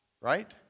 Right